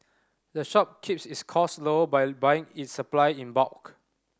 the shop keeps its cost low by buying its supply in bulk